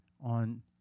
on